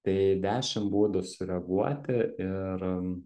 tai dešim būdų sureaguoti ir